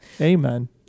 Amen